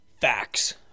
Facts